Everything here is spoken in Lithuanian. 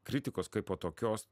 kritikos kaipo tokios